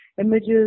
images